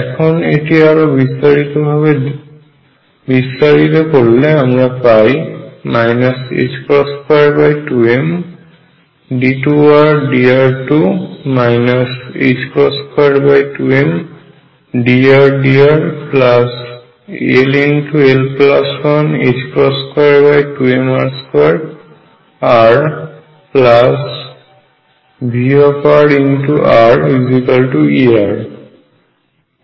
এখন এটি আরো বিস্তারিত করলে আমরা পাই 22md2Rdr2 22mdRdrll122mr2RVrRER